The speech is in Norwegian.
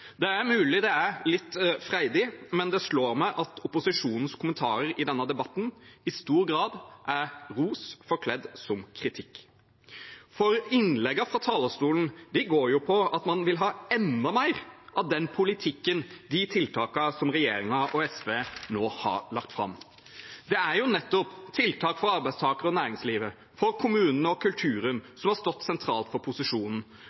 Det er mulig det er litt freidig, men det slår meg at opposisjonens kommentarer i denne debatten i stor grad er ros forkledd som kritikk. For innleggene på talerstolen går på at man vil ha enda mer av den politikken og de tiltakene som regjeringen og SV nå har lagt fram. Det er nettopp tiltak for arbeidstakere og næringslivet og for kommunene og kulturen som har stått sentralt for posisjonen.